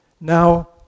now